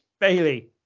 Bailey